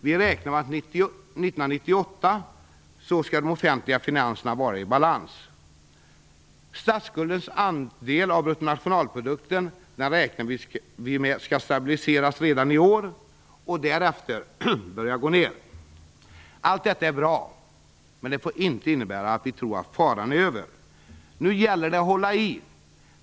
Vi räknar med att de offentliga finanserna skall vara i balans 1998. Statsskuldens andel av bruttonationalprodukten räknar vi med skall stabiliseras redan i år och därefter börja gå ned. Allt detta är bra, men det får inte innebära att vi tror att faran är över. Nu gäller det att fortsätta.